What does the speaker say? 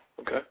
Okay